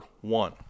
one